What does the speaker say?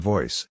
Voice